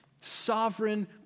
Sovereign